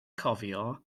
cofio